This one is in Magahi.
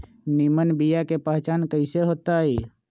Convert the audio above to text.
निमन बीया के पहचान कईसे होतई?